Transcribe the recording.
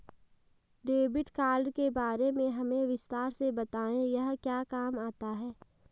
Debit card के बारे में हमें विस्तार से बताएं यह क्या काम आता है?